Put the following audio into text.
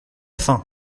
faim